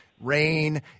rain